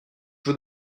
vous